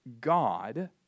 God